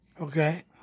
Okay